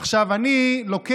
עכשיו, אני לוקח,